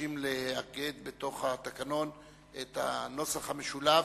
מבקשים לאגד בתוך התקנון את הנוסח המשולב,